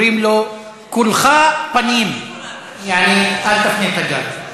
אומרים לו: כולך פנים, יעני אל תפנה את הגב.